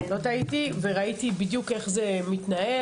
לא טעיתי וראיתי בדיוק איך זה מתנהל